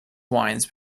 wines